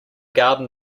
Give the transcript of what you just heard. garden